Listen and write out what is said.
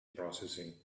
processing